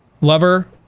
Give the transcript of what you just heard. lover